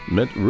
met